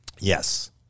Yes